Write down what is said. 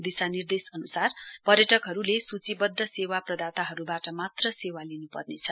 दिशानिर्देश अनुसार पार्यटकहरूले सूचीबद्व सेवा प्रदाताहरूबाट मात्र सेवा लिन् पर्नेछ